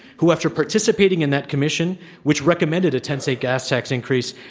who, after participating in that commission which recommended a ten state gas tax increase,